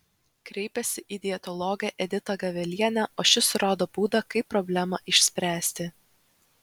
kreipėsi į dietologę editą gavelienę o ši surado būdą kaip problemą išspręsti